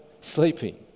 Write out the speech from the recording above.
sleeping